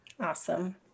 Awesome